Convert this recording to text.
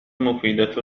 مفيدة